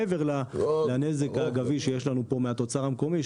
מעבר לנזק האגבי שיש לנו פה מהתוצר המקומי,